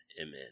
Amen